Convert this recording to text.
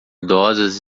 idosas